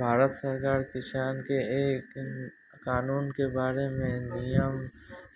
भारत सरकार किसान के ए कानून के बारे मे निमन